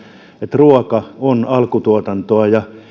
ruoka on alkutuotantoa